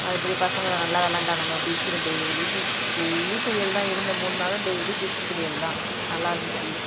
மறுபடியும் பசங்கலாம் நல்லா விளாண்டானுங்கோ பீச்சில் டெய்லி டெய்லி குளியல் தான் இருந்த மூண் நாளும் டெய்லி பீச் குளியல் தான் நல்லா இருந்துச்சு